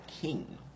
king